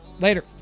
Later